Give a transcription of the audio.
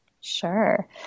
Sure